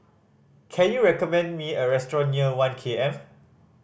can you recommend me a restaurant near One K M